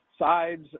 sides